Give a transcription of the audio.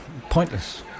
pointless